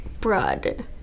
broad